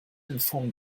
inform